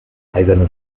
eiserne